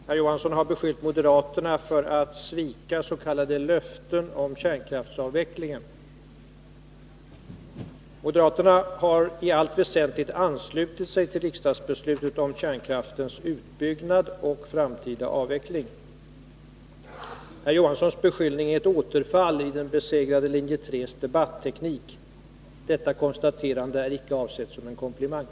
Fru talman! Jag måste omedelbart be att få replikera herr Johansson. Herr Johansson har beskyllt moderaterna för att svika s.k. löften om kärnkraftsavvecklingen. Moderaterna har i allt väsentligt anslutit sig till riksdagsbeslutet om kärnkraftens utbyggnad och framtida avveckling. Herr Johanssons beskyllning är ett återfall i den besegrade linje 3:s debatteknik. Detta konstaterande är icke avsett som en komplimang.